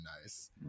nice